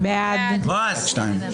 מי נגד?